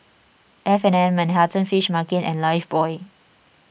F and N Manhattan Fish Market and Lifebuoy